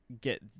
get